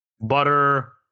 butter